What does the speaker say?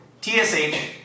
TSH